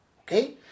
Okay